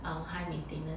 high maintenance